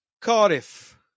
Cardiff